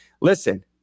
listen